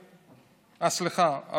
סליחה,